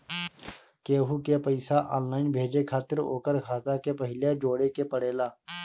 केहू के पईसा ऑनलाइन भेजे खातिर ओकर खाता के पहिले जोड़े के पड़ेला